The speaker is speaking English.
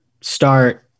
start